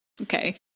Okay